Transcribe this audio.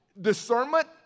discernment